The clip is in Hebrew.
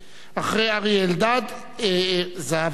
אחרי אריה אלדד, זהבה גלאון